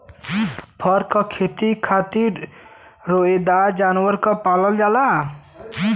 फर क खेती खातिर रोएदार जानवर के पालल जाला